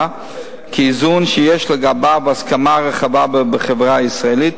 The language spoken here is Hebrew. כאיזון שיש לגביו הסכמה רחבה בחברה הישראלית,